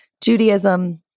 Judaism